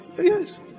Yes